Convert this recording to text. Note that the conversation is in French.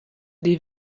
des